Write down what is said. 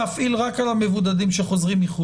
להתמודדות עם נגיף הקורונה החדש (הוראת שעה)